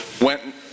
went